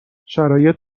شرایط